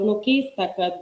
nu keista kad